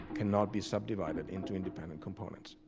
cannot be subdivided into independent components,